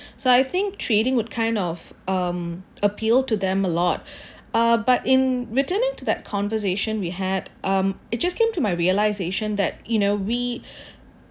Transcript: so I think trading would kind of um appeal to them a lot ah but in returning to that conversation we had um it just came to my realisation that you know we